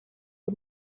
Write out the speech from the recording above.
y’u